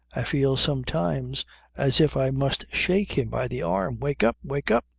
i feel sometimes as if i must shake him by the arm wake up! wake up!